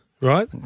right